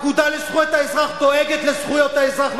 האגודה לזכויות האזרח דואגת לזכויות האזרח,